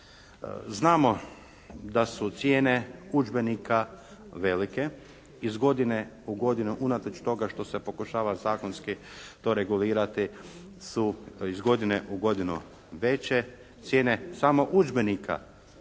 Znamo da su cijene udžbenika velike. Iz godine u godinu unatoč toga što se pokušava zakonski to regulirati su iz godine u godinu veće. Cijene samo udžbenika.